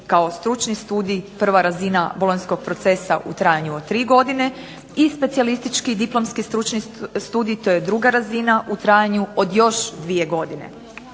kao stručni studij prva razina bolonjskog procesa u trajanju od 3 godine, i specijalistički diplomski stručni studij, to je druga razina u trajanju od još dvije godine.